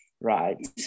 right